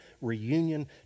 reunion